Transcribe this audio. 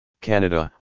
canada